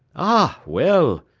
ah, well!